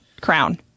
crown